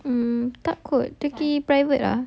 mm tak kut pergi private ah